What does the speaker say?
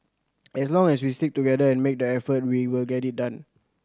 as long as we stick together and make the effort we will get it done